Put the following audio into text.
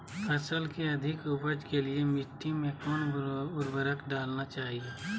फसल के अधिक उपज के लिए मिट्टी मे कौन उर्वरक डलना चाइए?